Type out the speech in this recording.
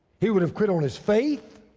he would have quit on his faith.